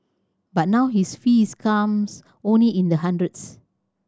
but now his fees comes only in the hundreds